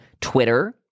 Twitter